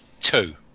Two